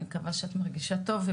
ואני מקווה שאת מרגישה טוב,